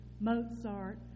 Mozart